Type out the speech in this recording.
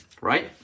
right